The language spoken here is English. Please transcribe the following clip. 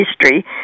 history